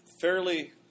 fairly